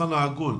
השולחן העגול.